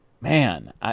man